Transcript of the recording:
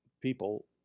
people